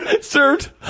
Served